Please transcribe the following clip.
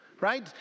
right